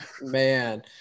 Man